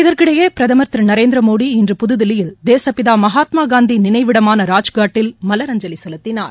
இதற்கிடையே பிரதமர் திரு நரேந்திர மோடி இன்று புதுதில்லியில் தேசபிதா மகாத்மா காந்தி நினைவிடமான ராஜ்காட்டில் மலரஞ்சலி செலுத்தினார்